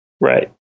Right